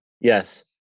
yes